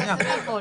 זה הכול.